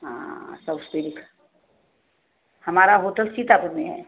हाँ सब सिरिख हमारा होटल सीतापुर में है